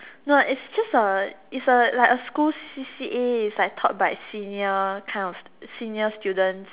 no is just a is a like a school C_C_A is like taught by senior kind of senior students